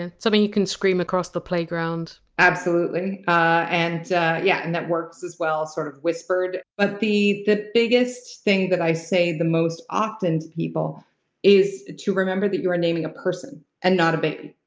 and something you can scream across the playground. absolutely. and that yeah and that works as well sort of whispered. but the the biggest thing that i say the most often people is to remember that you're naming a person and not a baby.